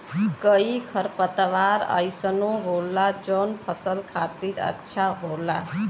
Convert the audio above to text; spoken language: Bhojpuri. कई खरपतवार अइसनो होला जौन फसल खातिर अच्छा होला